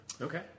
Okay